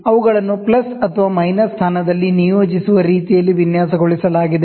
ಅವುಗಳನ್ನು ಪ್ಲಸ್ ಅಥವಾ ಮೈನಸ್ ಸ್ಥಾನದಲ್ಲಿ ಸಂಯೋಜಿಸುವ ರೀತಿಯಲ್ಲಿ ವಿನ್ಯಾಸಗೊಳಿಸಲಾಗಿದೆ